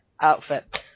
outfit